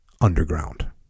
underground